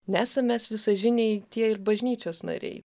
nesam mes visažiniai tie ir bažnyčios nariai